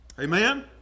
Amen